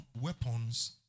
weapons